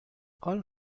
all